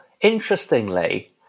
interestingly